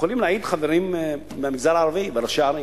יכולים להעיד חברים מהמגזר הערבי, וראשי הערים.